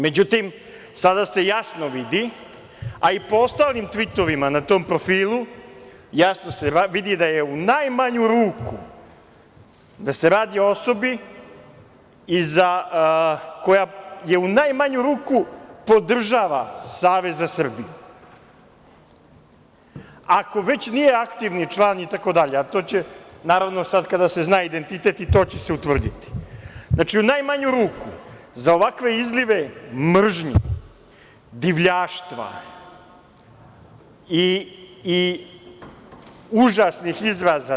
Međutim, sada se jasno vidi, a i po ostalim tvitovima na tom profilu, jasno se vidi da se radio o osobi koja, u najmanju ruku, podržava Savez za Srbiju, ako već nije aktivni član, itd, a to će, naravno, sad kada se zna identitet i to će se utvrditi, znači, u najmanju ruku za ovakve izlive mržnje, divljaštva i užasnih izraza.